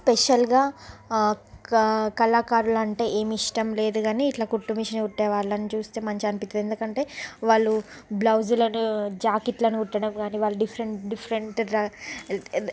స్పెషల్గా క కళాకారులు అంటే ఏమి ఇష్టం లేదు కానీ ఇట్లా కుట్టు మిషన్ కుట్టే వాళ్ళని చూస్తే మంచానికి అనిపిస్తుంది ఎందుకంటే వాళ్ళు బ్లౌజులును జాకెట్లను కుట్టడం గానీ వాళ్ళు డిఫరెంట్ డిఫరెంట్గా ఆ